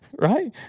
right